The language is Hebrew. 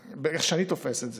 איך שאני תופס את זה.